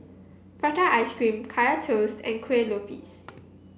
Prata Ice Cream Kaya Toast and Kueh Lopes